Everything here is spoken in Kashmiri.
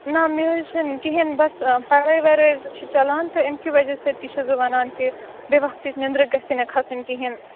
نہ مےٚ حظ چھُنہٕ کِہینۍ بس پَڑٲے وَڑٲے چھِ چلان تہٕ اَمہِ کہِ وَجہ سۭتۍ تہِ چھُس بہٕ ونان کہِ بے وقتٕچ نِندٕر گَژھنہٕ مےٚ کَھسٕنۍ مےٚ کِہینۍ